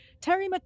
Terry